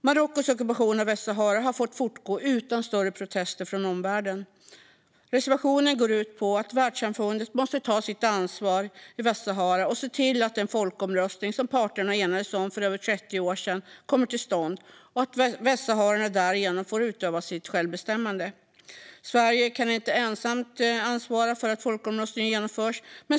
Marockos ockupation av Västsahara har fått fortgå utan större protester från omvärlden. Reservationen går ut på att världssamfundet måste ta sitt ansvar i Västsahara och se till att den folkomröstning som parterna enades om för över 30 år sedan kommer till stånd och att västsaharierna därigenom får utöva sitt självbestämmande. Sverige kan inte ensamt ansvara för att folkomröstningen genomförs.